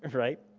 right?